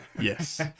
Yes